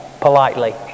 politely